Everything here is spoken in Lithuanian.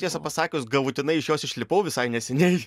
tiesą pasakius galutinai iš jos išlipau visai neseniai